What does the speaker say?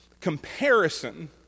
comparison